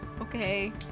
Okay